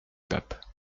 pape